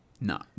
no